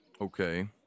Okay